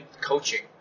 coaching